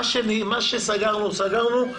מה שסגרנו, סגרנו.